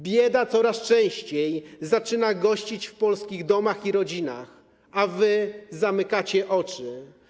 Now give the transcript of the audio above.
Bieda coraz częściej zaczyna gościć w polskich domach i rodzinach, a wy zamykacie oczy.